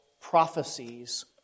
prophecies